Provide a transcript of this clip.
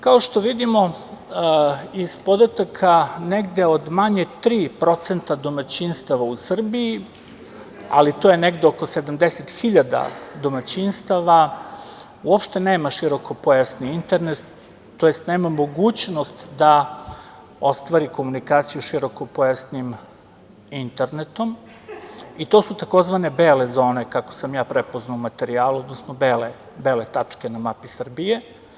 Kao što vidimo iz podataka, negde manje od 3% domaćinstava u Srbiji, ali to je negde 70.000 domaćinstava uopšte nema širokopojasni internet, tj. nema mogućnost da ostvari komunikaciju širokopojasnim internetom i to su tzv. bele zone, kako sam ja prepoznao u materijalu, odnosno bele tačke na mapi Srbije.